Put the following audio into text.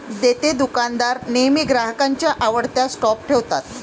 देतेदुकानदार नेहमी ग्राहकांच्या आवडत्या स्टॉप ठेवतात